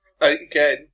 again